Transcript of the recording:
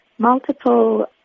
multiple